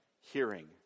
hearing